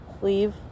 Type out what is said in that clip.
Leave